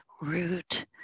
root